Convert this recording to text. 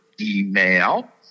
email